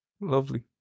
Lovely